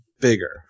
bigger